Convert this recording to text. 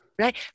Right